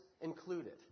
included